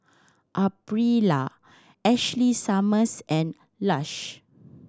Aprilia Ashley Summers and Lush